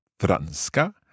Franska